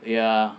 ya